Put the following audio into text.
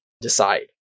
decide